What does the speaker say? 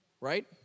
right